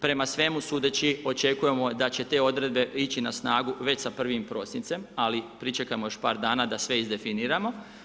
Prema svemu sudeći, očekujemo da će te odredbe ići na snagu već sa 1. prosincem, ali pričekajmo još par dana da sve iz definiramo.